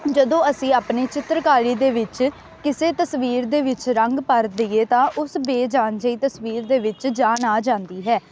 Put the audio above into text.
ਜਦੋਂ ਅਸੀਂ ਆਪਣੇ ਚਿੱਤਰਕਾਰੀ ਦੇ ਵਿੱਚ ਕਿਸੇ ਤਸਵੀਰ ਦੇ ਵਿੱਚ ਰੰਗ ਭਰ ਦਈਏ ਤਾਂ ਉਸ ਬੇਜਾਨ ਜਿਹੀ ਤਸਵੀਰ ਦੇ ਵਿੱਚ ਜਾਨ ਆ ਜਾਂਦੀ ਹੈ